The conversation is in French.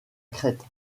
crête